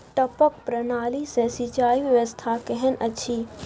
टपक प्रणाली से सिंचाई व्यवस्था केहन अछि?